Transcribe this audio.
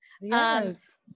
Yes